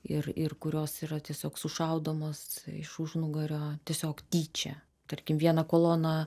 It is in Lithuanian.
ir ir kurios yra tiesiog sušaudomos iš užnugario tiesiog tyčia tarkim vieną koloną